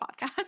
podcast